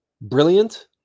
brilliant